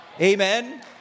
Amen